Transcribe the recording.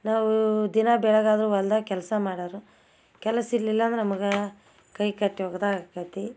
ನಾವು ದಿನ ಬೆಳಗಾದ್ರೆ ಹೊಲ್ದಾಗ್ ಕೆಲಸ ಮಾಡೋರು ಕೆಲಸ ಇರಲಿಲ್ಲ ಅಂದ್ರೆ ನಮಗೆ ಕೈಕಟ್ಟಿ ಒಗದಾಗೆ ಆಕೈತಿ